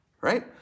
right